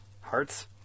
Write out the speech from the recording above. Hearts